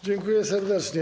Dziękuję serdecznie.